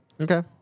okay